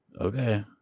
Okay